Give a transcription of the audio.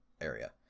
area